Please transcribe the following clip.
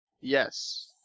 Yes